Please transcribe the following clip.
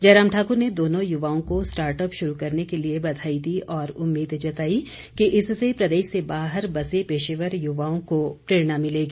जयराम ठाकुर ने दोनों युवाओं को स्टार्टअप शुरू करने के लिए बधाई दी और उम्मीद जताई कि इससे प्रदेश से बाहर बसे पेशेवर युवाओं को प्रेरणा मिलेगी